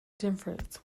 difference